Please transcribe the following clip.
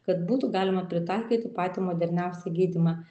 kad būtų galima pritaikyti patį moderniausią gydymą